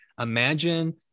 Imagine